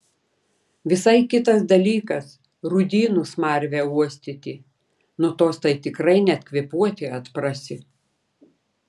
visai kitas dalykas rūdynų smarvę uostyti nuo tos tai tikrai net kvėpuoti atprasi